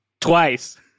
twice